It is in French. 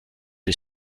est